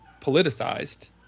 politicized